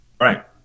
Right